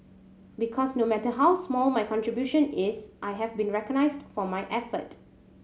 because no matter how small my contribution is I have been recognised for my efforts